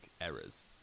errors